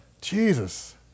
Jesus